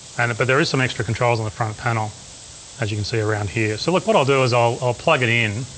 and but there is some extra controls on the front panel as you can see around here. so look, what i'll do is i'll plug it in.